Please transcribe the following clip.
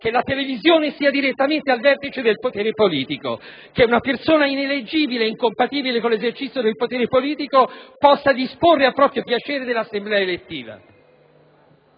che la televisione sia direttamente al vertice del potere politico e che una persona ineleggibile e incompatibile con l'esercizio del potere politico possa disporre a proprio piacimento delle Assemblee elettive.